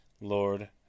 lord